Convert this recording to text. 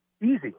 Easy